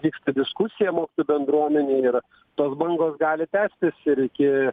vyksta diskusija mokytojų bendruomenėj ir tos bangos gali tęstis ir iki